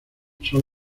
son